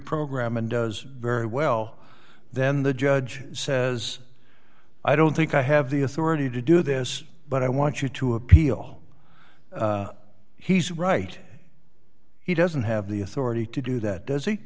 program and does very well then the judge says i don't think i have the authority to do this but i want you to appeal he's right he doesn't have the authority to do that does he